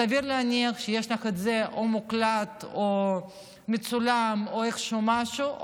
סביר להניח שיש לך את זה או מוקלט או מצולם או איכשהו משהו.